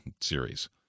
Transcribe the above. series